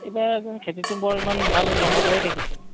এইবাৰ একদম খেতিটো বৰ ইমান ভাল নহ'বই দেখিছোঁ